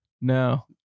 No